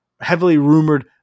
heavily-rumored